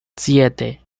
siete